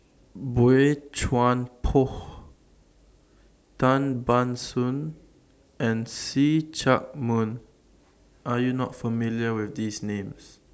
Boey Chuan Poh Tan Ban Soon and See Chak Mun Are YOU not familiar with These Names